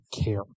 care